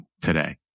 today